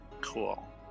Cool